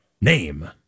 name